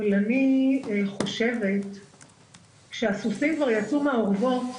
אבל אני חושבת שהסוסים כבר יצאו מהאורוות,